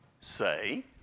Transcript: Say